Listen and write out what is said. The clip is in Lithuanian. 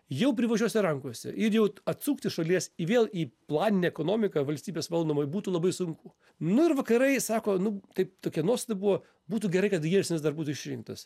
jau privačiose rankose ir jau atsukti šalies vėl į planinę ekonomiką valstybės valdomai būtų labai sunku nu ir vakarai sako nu kaip tokia nuostata buvo būtų gerai kad jelcinas dar būtų išrinktas